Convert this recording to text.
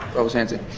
provost hanson.